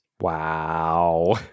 Wow